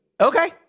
okay